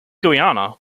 guiana